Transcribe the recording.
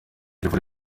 vuriro